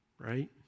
right